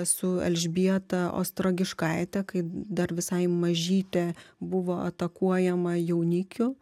su elžbieta ostrogiškaite kai dar visai mažytė buvo atakuojama jaunikių